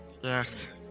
Yes